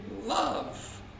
love